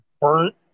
burnt